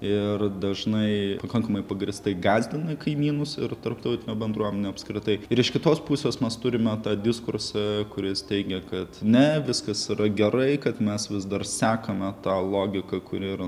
ir dažnai pakankamai pagrįstai gąsdina kaimynus ir tarptautinę bendruomenę apskritai ir iš kitos pusės mes turime tą diskursą kuris teigia kad ne viskas yra gerai kad mes vis dar sekame tą logiką kuri yra